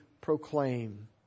proclaim